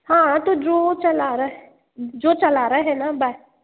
हाँ हाँ तो जो चला रहा है जो चला रहा है ना बा